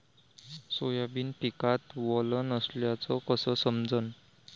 Soybean पिकात वल नसल्याचं कस समजन?